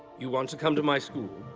you want to come to my school?